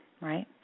right